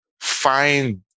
find